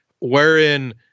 wherein